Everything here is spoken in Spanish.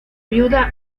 viuda